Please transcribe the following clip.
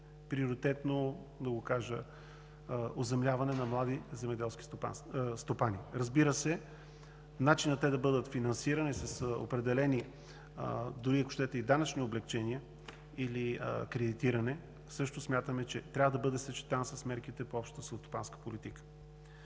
приоритетно оземляване на млади земеделски стопани. Разбира се, начинът те да бъдат финансирани с определени – дори, ако щете, и данъчни облекчения или кредитиране, също смятаме, че трябва да бъде съчетан с мерките по Общата селскостопанска политика.